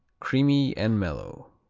creamy and mellow.